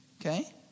Okay